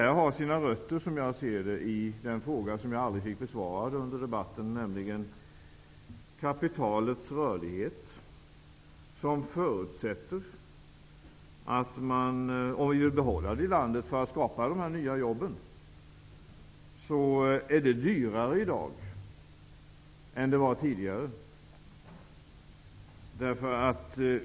Det har sina rötter i den fråga som jag aldrig fick besvarad under debatten. Det gäller kapitalets rörlighet. En förutsättning för att skapa dessa nya jobb är att behålla kapitalet i landet. Det är i dag dyrare än det var tidigare.